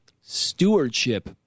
stewardship